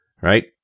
Right